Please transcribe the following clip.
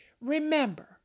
Remember